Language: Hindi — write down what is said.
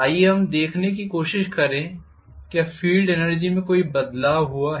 आइए हम यह देखने की कोशिश करें कि क्या फील्ड एनर्जी में कोई बदलाव हुआ है